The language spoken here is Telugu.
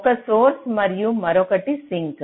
ఒకటి సోర్స్ మరియు మరొకటి సింక్